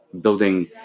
building